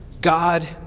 God